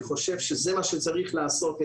אני חושב שזה מה שצריך לעשות,